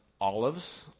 olives